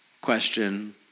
question